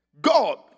God